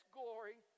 glory